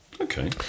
Okay